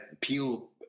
Peel